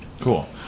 Cool